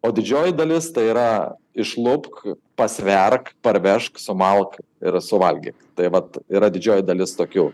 o didžioji dalis tai yra išlupk pasverk parvežk sumalk ir suvalgyk tai vat yra didžioji dalis tokių